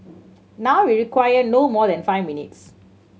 now we require no more than five minutes